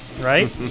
right